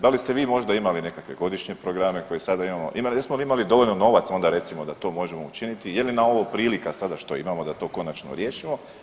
Da li ste vi možda imali nekakve godišnje programe koje sada imamo, jesmo li imali dovoljno novaca onda recimo da to možemo učiniti, je li nam ovo prilika sada što imamo da to konačno riješimo?